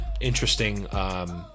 interesting